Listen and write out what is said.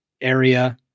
area